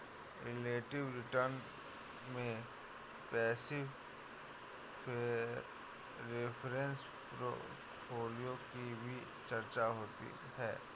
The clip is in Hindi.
रिलेटिव रिटर्न में पैसिव रेफरेंस पोर्टफोलियो की भी चर्चा होती है